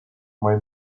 may